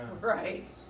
Right